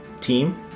team